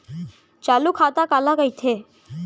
चालू खाता काला कहिथे?